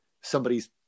somebody's